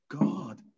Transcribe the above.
God